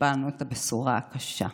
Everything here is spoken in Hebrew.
קיבלנו את הבשורה הקשה.